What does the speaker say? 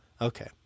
Okay